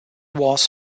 was